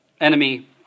enemy